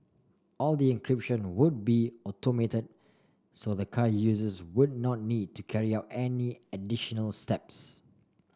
all the encryption would be automated so the car users would not need to carry out any additional steps